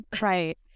Right